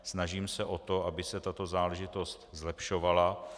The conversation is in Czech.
Snažím se o to, aby se tato záležitost zlepšovala.